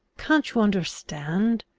can't you understand?